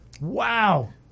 Wow